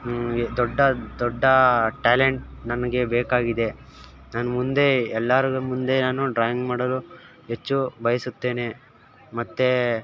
ದೊಡ್ಡ ದೊಡ್ಡ ಟ್ಯಾಲೆಂಟ್ ನನಗೆ ಬೇಕಾಗಿದೆ ನಾನು ಮುಂದೆ ಎಲ್ಲರ ಮುಂದೆ ನಾನು ಡ್ರಾಯಿಂಗ್ ಮಾಡಲು ಹೆಚ್ಚು ಬಯಸುತ್ತೇನೆ ಮತ್ತು